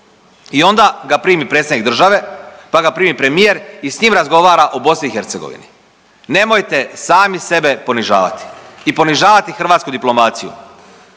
i onda ga primi predsjednik države, pa ga primi premijer i s njim razgovara o BiH. Nemojte sami sebe ponižavati i ponižavati hrvatsku diplomaciju.